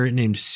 named